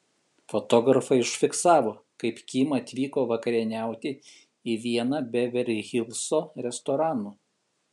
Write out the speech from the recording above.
fotografai užfiksavo kaip kim atvyko vakarieniauti į vieną beverli hilso restoranų